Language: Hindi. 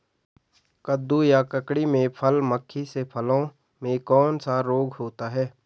कद्दू या ककड़ी में फल मक्खी से फलों में कौन सा रोग होता है?